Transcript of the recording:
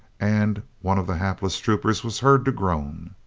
and one of the hapless troopers was heard to groan.